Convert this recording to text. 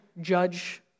judge